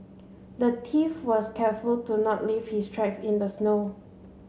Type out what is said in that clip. the thief was careful to not leave his tracks in the snow